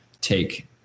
take